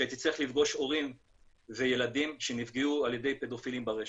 שהייתי צריך לפגוש הורים וילדים שנפגעו על ידי פדופילים ברשת.